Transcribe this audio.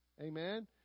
amen